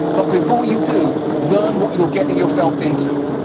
but before you do, learn what you're getting yourself into.